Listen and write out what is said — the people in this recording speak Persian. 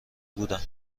بودم